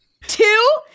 Two